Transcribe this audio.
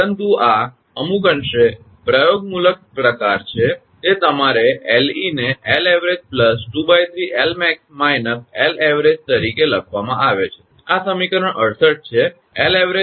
પરંતુ આ અમુક અંશે પ્રયોગમૂલક પ્રકાર છે તે તમારા 𝐿𝑒 ને 𝐿𝑎𝑣𝑔 ⅔ 𝐿𝑚𝑎𝑥 − 𝐿𝑎𝑣𝑔 તરીકે લેવામાં આવે છે આ સમીકરણ 68 છે